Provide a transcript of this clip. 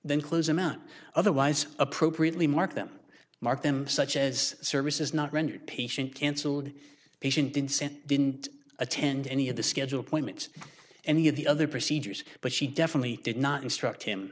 then close them out otherwise appropriately mark them mark them such as services not rendered patient cancelled patient and sent didn't attend any of the schedule appointments or any of the other procedures but she definitely did not instruct him